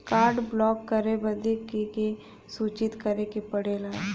Card block करे बदी के के सूचित करें के पड़ेला?